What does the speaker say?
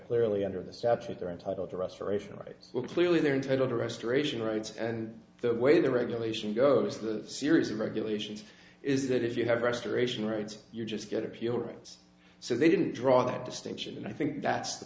clearly under the statute they're entitled to restoration right well clearly they're entitled to restoration rights and the way the regulation goes through the series of regulations is that if you have restoration rights you just get appeal rights so they didn't drop distinction and i think that's the